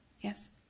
Yes